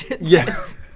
Yes